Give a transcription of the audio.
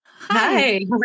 Hi